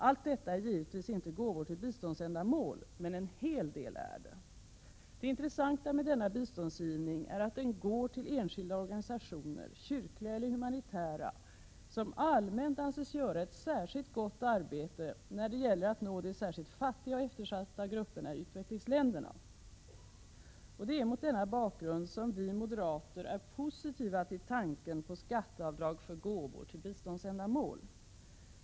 Allt detta är givetvis inte gåvor till biståndsändamål, men en hel del är det. Det intressanta med denna biståndsgivning är att den går till enskilda organisationer, kyrkliga eller humanitära, som allmänt anses göra ett särskilt gott arbete när det gäller att nå de särskilt fattiga och eftersatta grupperna i utvecklingsländerna. Det är mot denna bakgrund som vi moderater är positiva till tanken på skatteavdrag för gåvor till biståndsändamål.